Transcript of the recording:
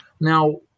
Now